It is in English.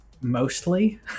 mostly